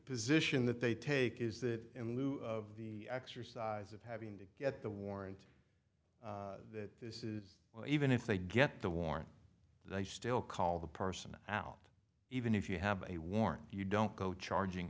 position that they take is that in lieu of the exercise of having to get the warrant that this is even if they get the warrant they still call the person out even if you have a warrant you don't go charging